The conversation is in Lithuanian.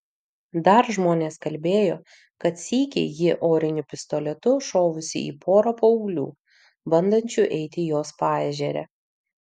dar žmonės kalbėjo kad sykį ji oriniu pistoletu šovusi į porą paauglių bandančių eiti jos paežere